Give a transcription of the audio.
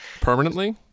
Permanently